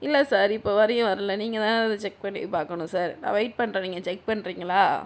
இல்லை சார் இப்போ வரையும் வரல நீங்கள் தான் அதை செக் பண்ணி பார்க்கணும் சார் நான் வெயிட் பண்றேன் நீங்கள் செக் பண்றீங்களா